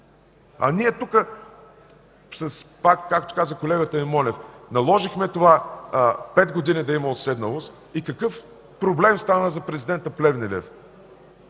Ние тук, както каза колегата Монев, наложихме това 5 години да има уседналост и какъв проблем стана за президента Плевнелиев!